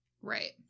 Right